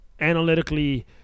analytically